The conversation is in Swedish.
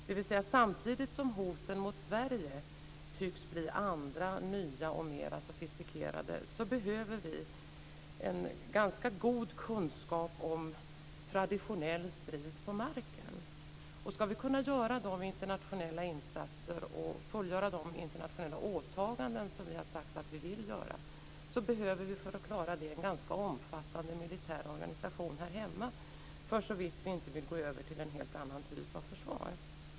Dvs. att samtidigt som hoten mot Sverige tycks bli andra, nya och mer sofistikerade behöver vi en ganska god kunskap om traditionell strid på marken. Om vi ska kunna göra de internationella insatser och fullgöra de internationella åtaganden som vi har sagt att vi vill göra behöver vi en ganska omfattande militär organisation här hemma såvitt vi inte vill gå över till en helt annan typ av försvar.